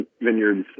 Vineyards